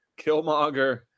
Killmonger